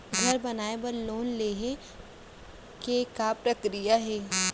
घर बनाये बर लोन लेहे के का प्रक्रिया हे?